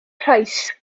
price